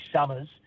summers